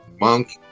monk